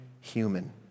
human